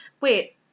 Wait